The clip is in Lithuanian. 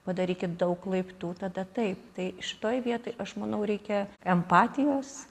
padarykit daug laiptų tada taip tai šitoj vietoj aš manau reikia empatijos